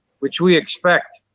which we expect.